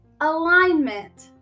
alignment